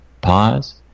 pause